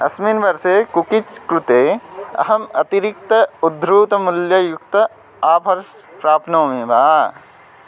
अस्मिन् वर्षे कुकीज् कृते अहम् अतिरिक्त उद्धृतमूल्ययुक्त आफर्स् प्राप्नोमि वा